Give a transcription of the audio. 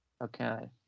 Okay